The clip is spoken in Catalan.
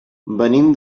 venim